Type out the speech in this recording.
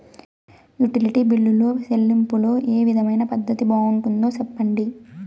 Utility బిల్లులో చెల్లింపులో ఏ విధమైన పద్దతి బాగుంటుందో సెప్పండి?